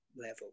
level